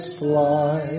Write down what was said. fly